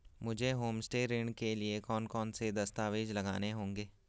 मुझे होमस्टे ऋण के लिए कौन कौनसे दस्तावेज़ लगाने होंगे?